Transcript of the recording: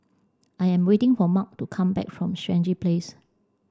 I am waiting for Mark to come back from Stangee Place